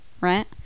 right